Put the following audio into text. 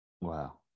Wow